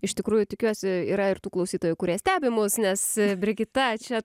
iš tikrųjų tikiuosi yra ir tų klausytojų kurie stebi mus nes brigita čia